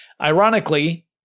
Ironically